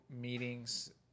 meetings